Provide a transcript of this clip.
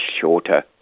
shorter